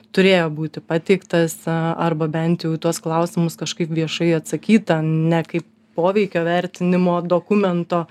turėjo būti pateiktas arba bent jau į tuos klausimus kažkaip viešai atsakyta ne kaip poveikio vertinimo dokumento